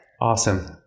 Awesome